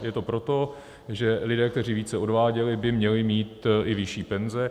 Je to proto, že lidé, kteří více odváděli, by měli mít i vyšší penze.